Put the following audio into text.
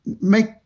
Make